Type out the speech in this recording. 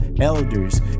elders